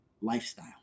lifestyle